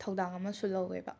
ꯊꯧꯗꯥꯡ ꯑꯃꯁꯨ ꯂꯧꯋꯦꯕ